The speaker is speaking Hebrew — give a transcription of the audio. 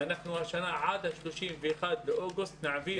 אנחנו השנה, עד ה-31 באוגוסט, נעביר מורים.